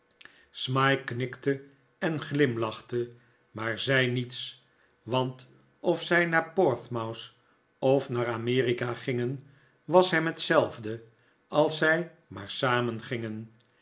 smike knikte en glimlachte maar zei niets want of zij naar portsmouth of naar amerika gingen was hem hetzelfde als zij maar samen gingen